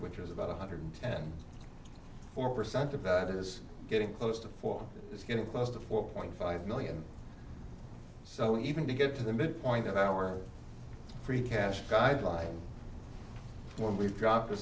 which is about one hundred ten four percent of that is getting close to four it's getting close to four point five million so even to get to the midpoint of our free cash guideline when we've dropped